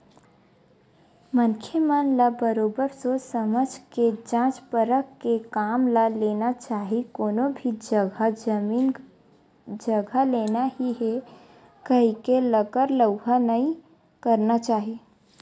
मनखे मन ल बरोबर सोझ समझ के जाँच परख के काम ल लेना चाही कोनो भी जघा जमीन जघा लेना ही हे कहिके लकर लउहा नइ करना चाही